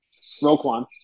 Roquan